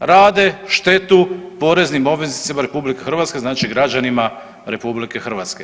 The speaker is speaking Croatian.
rade štetu poreznim obveznicima RH znači građanima RH.